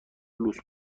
لوس